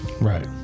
right